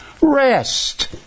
rest